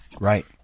right